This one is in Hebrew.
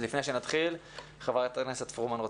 לפני שנתחיל, חברת הכנסת פרומן.